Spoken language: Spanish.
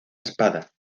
espada